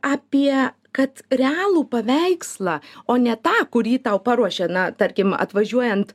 apie kad realų paveikslą o ne tą kurį tau paruošė na tarkim atvažiuojant